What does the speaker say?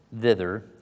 thither